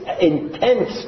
intense